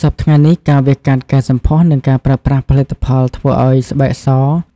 សព្វថ្ងៃនេះ ការវះកាត់កែសម្ផស្ស និងការប្រើប្រាស់ផលិតផលធ្វើឱ្យស្បែកស